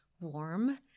warm